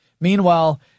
Meanwhile